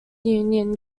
union